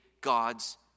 God's